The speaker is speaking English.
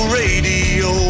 radio